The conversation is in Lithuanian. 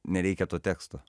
nereikia to teksto